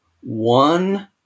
one